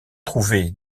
trouvé